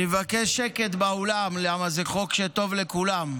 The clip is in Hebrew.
אני מבקש שקט באולם, כי זה חוק שטוב לכולם.